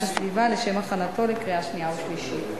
הסביבה לשם הכנתו לקריאה שנייה ולקריאה שלישית.